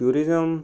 tourism